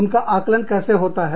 उनका आकलन कैसे होता है